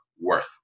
worth